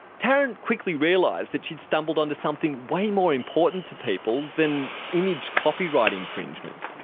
taryn quickly realised that she had stumbled onto something way more important to people than image copyright infringement.